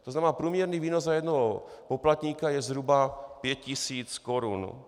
To znamená, průměrný výnos na jednoho poplatníka je zhruba 5 tisíc korun.